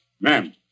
Ma'am